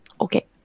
Okay